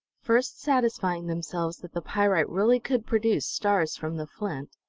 first satisfying themselves that the pyrites really could produce stars from the flint,